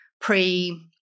pre